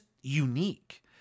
unique